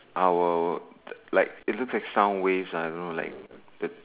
our our like it looks like sound waves I don't know like the